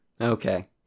Okay